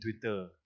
Twitter